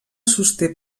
sosté